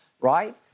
right